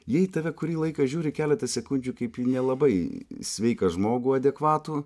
jie į tave kurį laiką žiūri keletą sekundžių kaip į nelabai sveiką žmogų adekvatų